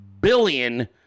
billion